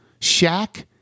Shaq